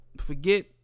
forget